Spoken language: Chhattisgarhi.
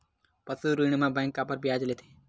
पशु ऋण म बैंक काबर ब्याज लेथे?